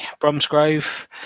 Bromsgrove